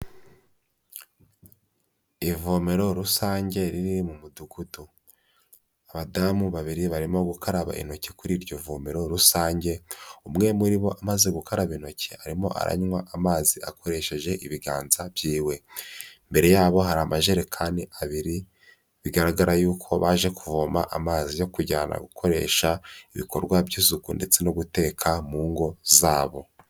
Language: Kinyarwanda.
Ivomero rusange riri mu mudugudu. Abadamu babiri barimo gukaraba intoki kuri iryo vomero rusange, umwe muri bo amaze gukaraba intoki, arimo aranywa amazi akoresheje ibiganza by'iwe. Imbere yabo hari amajerekani abiri, bigaragara yuko baje kuvoma amazi yo kujyana gukoresha, ibikorwa by'isuku ndetse no guteka mu ngo zabo.